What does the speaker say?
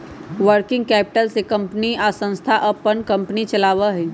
working capital से company या संस्था अपन कंपनी चलावा हई